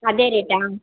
ಅದೇ ರೇಟಾ